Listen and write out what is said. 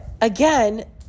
again